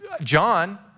John